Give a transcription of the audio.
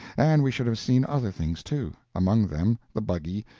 and we should have seen other things, too among them the buggy,